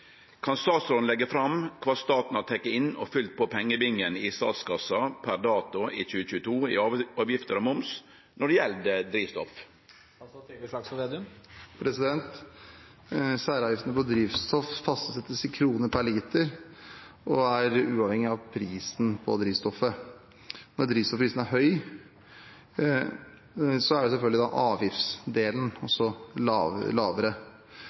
Kan statsråden leggje fram kva staten har teke inn og fylt på pengebingen i statskassa pr. dato i 2022 i avgifter/mva. når det gjeld drivstoff?» Særavgiftene på drivstoff fastsettes i kroner per liter og er uavhengig av prisen på drivstoff. Når drivstoffprisen er høy, er selvfølgelig avgiftsdelen også lavere. Hvis man bruker mindre drivstoff, vil avgiftsinntektene også gå ned. Så det varierer på det.